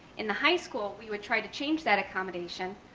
in the high school, we would try to change that accommodation